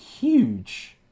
huge